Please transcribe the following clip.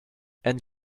and